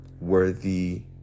worthy